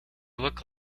look